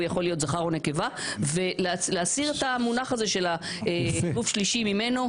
יכול להיות זכר או נקבה ולהסיר את המונח הזה של גוף שלישי 'ממנו'.